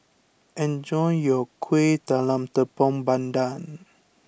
enjoy your Kuih Talam Tepong Pandan